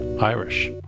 Irish